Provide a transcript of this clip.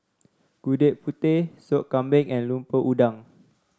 Gudeg Putih Sop Kambing and Lemper Udang